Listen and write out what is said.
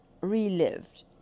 relived